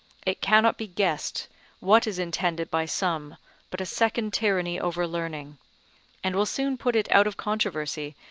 it cannot be guessed what is intended by some but a second tyranny over learning and will soon put it out of controversy,